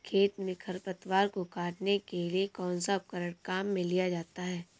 खेत में खरपतवार को काटने के लिए कौनसा उपकरण काम में लिया जाता है?